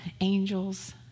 angels